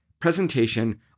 presentation